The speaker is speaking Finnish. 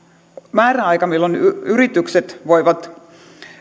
määräaika milloin yritykset voivat